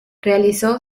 realizó